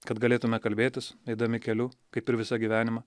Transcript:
kad galėtume kalbėtis eidami keliu kaip ir visą gyvenimą